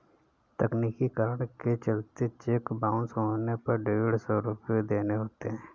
तकनीकी कारण के चलते चेक बाउंस होने पर डेढ़ सौ रुपये देने होते हैं